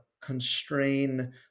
constrain